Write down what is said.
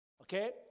Okay